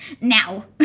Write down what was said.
Now